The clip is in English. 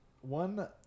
One